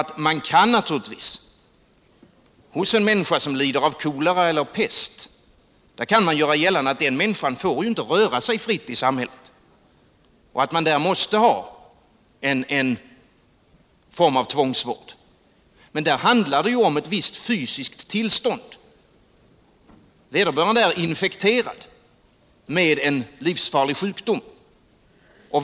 Man kan naturligtvis när det är fråga om en människa som lider av kolera eller pest göra gällande att hon inte får röra sig fritt i samhället och att man där måste ha en form av tvångsvård. Men då handlar det ju om ett visst fysiskt tillstånd; vederbörande är infekterad med en livsfarlig sjukdom.